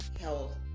health